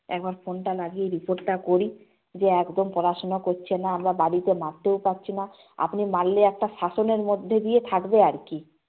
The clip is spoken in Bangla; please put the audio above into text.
একবার ফোনটা লাগিয়ে রিপোর্টটা করি যে একদম পড়াশুনা করছে না আমরা বাড়িতে মারতেও পারছি না আপনি মারলে একটা শাসনের মধ্যে দিয়ে থাকবে আর কি